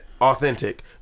authentic